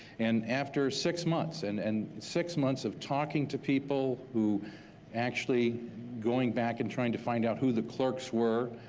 and after six months, and and six months of talking to people who actually going back and trying to find out who the clerks were,